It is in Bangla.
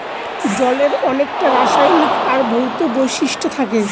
জলের অনেককটা রাসায়নিক আর ভৌত বৈশিষ্ট্য থাকে